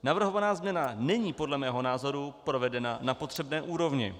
Navrhovaná změna není podle mého názoru provedena na potřebné úrovni.